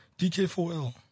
dk4l